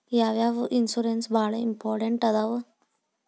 ಯಾವ್ಯಾವ ಇನ್ಶೂರೆನ್ಸ್ ಬಾಳ ಇಂಪಾರ್ಟೆಂಟ್ ಅದಾವ?